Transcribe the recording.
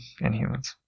Inhumans